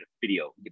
video